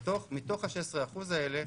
מתוך 16% האלה,